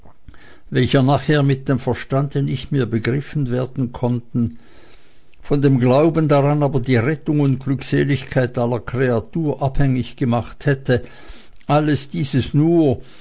welche nachher mit dem verstande nicht mehr begriffen werden konnten von dem glauben daran aber die rettung und glückseligkeit aller kreatur abhängig gemacht hätte alles dieses nur